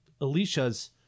Alicia's